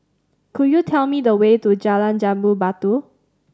could you tell me the way to Jalan Jambu Batu